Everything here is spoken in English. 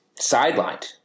sidelined